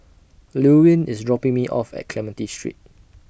Llewellyn IS dropping Me off At Clementi Street